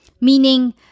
Meaning